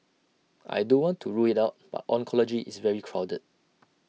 I don't want to rule IT out but oncology is very crowded